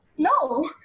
no